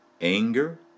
anger